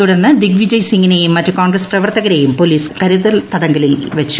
തുടർന്ന് ദിഗ്വിജയ് സിംഗിനെയും മറ്റ് കോൺഗ്രസ് പ്രവർത്തകരെയും പൊലീസ് കരുതൽ തടങ്കലിൽ വച്ചു